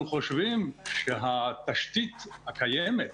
אנחנו חושבים שהתשתית הקיימת